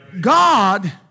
God